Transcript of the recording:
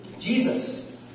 Jesus